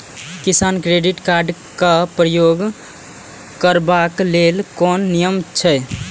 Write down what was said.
किसान credit card क प्रयोग करबाक लेल कोन नियम अछि?